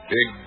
Big